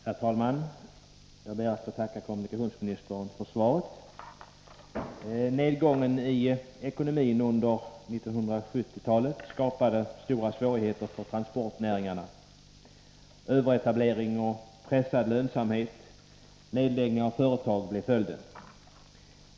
Herr talman! Jag ber att få tacka kommunikationsministern för svaret. Nedgången i ekonomin under 1970-talet skapade stora svårigheter för transportnäringarna. Överetablering, pressad lönsamhet och nedläggning av företag blev följden.